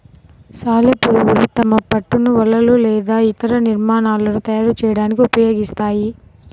సాలెపురుగులు తమ పట్టును వలలు లేదా ఇతర నిర్మాణాలను తయారు చేయడానికి ఉపయోగిస్తాయి